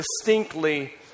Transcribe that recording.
distinctly